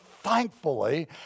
Thankfully